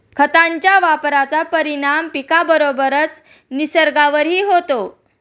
खतांच्या वापराचा परिणाम पिकाबरोबरच निसर्गावरही होतो